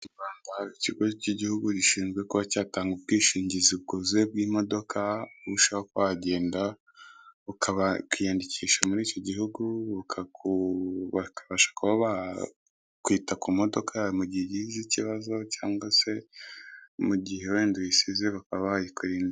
Mu Rwanda hari ikigo cy'igihugu kibasha kuba cyatanga ubwishingizi bwuzuye bw'imodoka, ushobora kuba wagenda ukiyandikisha muri iki gihugu, bakaku, bakabasha kuba bakwita ku modoka yawe mu gihe igize ikibazo cyangwa se mu gihe wenda uyisize bakaba bayikurindira.